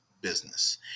business